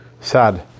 sad